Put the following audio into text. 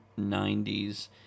90s